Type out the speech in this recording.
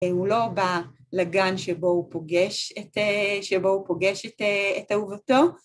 הוא לא בא לגן שבו הוא פוגש את אהובתו.